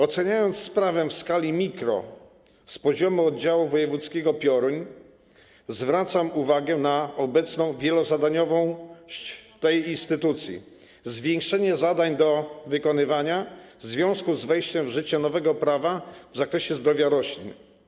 Oceniając sprawę w skali mikro, z poziomu oddziału wojewódzkiego PIORiN, zwracam uwagę na obecną wielozadaniowość tej instytucji, zwiększenie zadań do wykonywania w związku z wejściem w życie nowego prawa w zakresie zdrowia roślin.